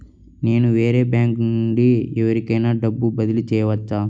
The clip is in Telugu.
నేను వేరే బ్యాంకు నుండి ఎవరికైనా డబ్బు బదిలీ చేయవచ్చా?